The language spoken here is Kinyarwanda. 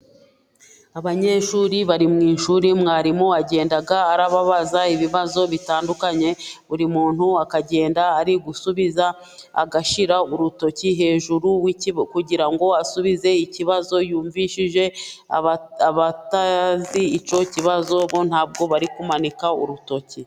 Abanyeshuri bari mu ishuri, mwarimu agenda arababaza ibibazo bitandukanye, buri muntu akajyenda ari gusubiza, agashyira urutoki hejuru w'ikigo kugira ngo asubize ikibazo yumvishije, abatazi icyo kibazo ntabwo bari kumanika urutoki.